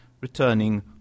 returning